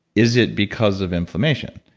is it because of inflammation?